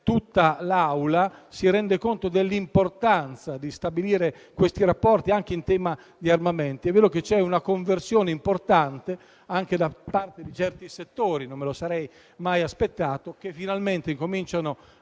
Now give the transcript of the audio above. tutta l'Assemblea si rende conto dell'importanza di stabilire rapporti anche in tema di armamenti. È vero che c'è una conversione importante anche da parte di certi settori - non me lo sarei mai aspettato - che finalmente cominciano